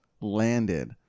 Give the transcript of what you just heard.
landed